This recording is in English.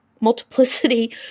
multiplicity